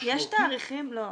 יש תאריכים --- זה מה ש --- לא.